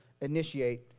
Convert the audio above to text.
initiate